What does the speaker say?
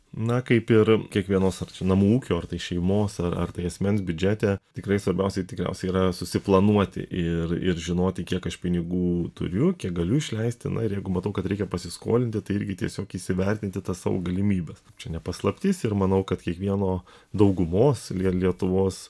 na kaip ir kiekvienos ar namų ūkio ar tai šeimos ar ar tai asmens biudžete tikrai svarbiausiai tikriausiai yra susiplanuoti ir ir žinoti kiek aš pinigų turiu kiek galiu išleisti na ir jeigu matau kad reikia pasiskolinti tai irgi tiesiog įsivertinti tas savo galimybes čia ne paslaptis ir manau kad kiekvieno daugumos lie lietuvos